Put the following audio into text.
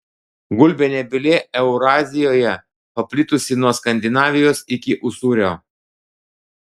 gulbė nebylė eurazijoje paplitusi nuo skandinavijos iki usūrio